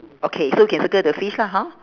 okay so can circle the fish lah hor